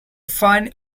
fine